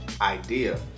idea